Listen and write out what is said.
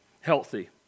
healthy